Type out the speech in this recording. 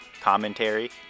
commentary